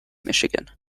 michigan